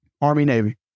Army-Navy